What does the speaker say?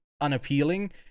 unappealing